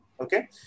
okay